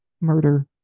murder